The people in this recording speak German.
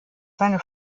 seine